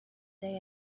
day